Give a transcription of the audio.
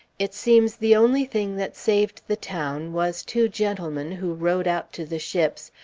it seems the only thing that saved the town was two gentlemen who rowed out to the ships,